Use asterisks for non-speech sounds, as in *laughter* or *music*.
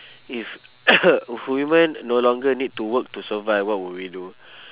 if *coughs* human no longer need to work to survive what would we do